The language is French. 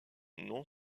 non